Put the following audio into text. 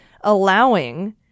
allowing